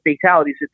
fatalities